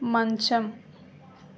మంచం